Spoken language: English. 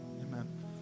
Amen